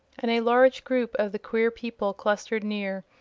and a large group of the queer people clustered near,